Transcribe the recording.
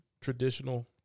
traditional